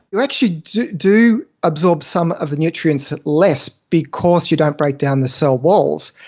you actually do do absorb some of the nutrients less because you don't break down the cell walls.